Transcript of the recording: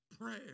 Prayer